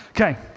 Okay